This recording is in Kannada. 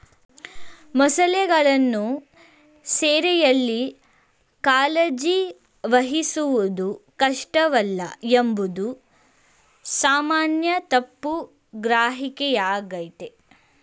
ಮೊಸಳೆಗಳನ್ನು ಸೆರೆಯಲ್ಲಿ ಕಾಳಜಿ ವಹಿಸುವುದು ಕಷ್ಟವಲ್ಲ ಎಂಬುದು ಸಾಮಾನ್ಯ ತಪ್ಪು ಗ್ರಹಿಕೆಯಾಗಯ್ತೆ